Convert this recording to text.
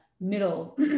middle